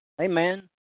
Amen